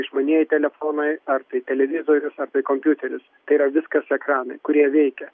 išmanieji telefonai ar televizorius ar tai kompiuteris tai yra viskas ekranai kurie veikia